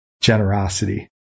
generosity